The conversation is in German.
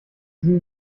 sie